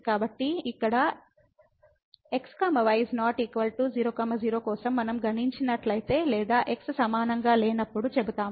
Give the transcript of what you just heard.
కాబట్టి ఇక్కడ x y ≠ 00 కోసం మనం గణించినట్లయితే లేదా x సమానంగా లేనప్పుడు చెబుతాము